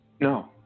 No